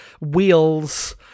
wheels